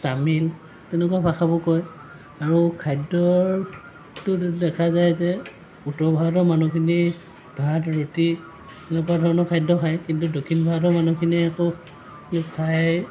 তামিল তেনেকুৱা ভাষাবোৰ কয় আৰু খাদ্যৰ তো দেখা যায় যে উত্তৰ ভাৰতৰ মানুহখিনি ভাত ৰুটি তেনেকুৱা ধৰণৰ খাদ্য খায় কিন্তু দক্ষিণ ভাৰতৰ মানুহখিনিয়ে আকৌ খায়